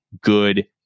good